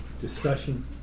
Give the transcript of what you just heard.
discussion